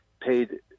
paid